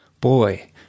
Boy